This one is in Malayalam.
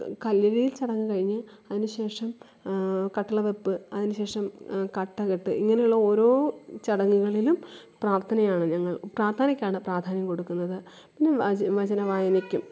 കല്ലിടീല് ചടങ്ങ് കഴിഞ്ഞ് അതിനുശേഷം കട്ടളവെപ്പ് അതിനുശേഷം കട്ടകെട്ട് ഇങ്ങനെയുള്ള ഓരോ ചടങ്ങുകളിലും പ്രാര്ത്ഥനയാണ് ഞങ്ങള് പ്രാര്ത്ഥനക്കാണ് പ്രാധാന്യം കൊടുക്കുന്നത് പിന്നെ വച വചന വായനയ്ക്കും